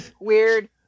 Weird